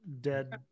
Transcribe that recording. Dead